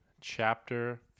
chapter